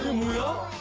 meal.